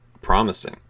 promising